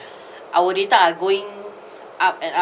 our data are going up and up